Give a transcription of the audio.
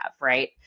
Right